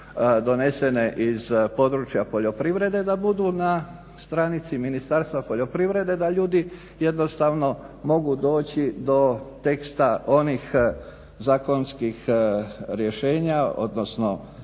donesene iz područja poljoprivrede da budu na stranici Ministarstva poljoprivrede da ljudi jednostavno mogu doći do teksta onih zakonskih rješenja odnosno